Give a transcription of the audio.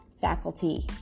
faculty